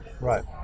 Right